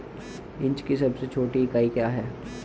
Inch की सबसे छोटी इकाई क्या है?